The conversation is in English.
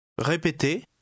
Répétez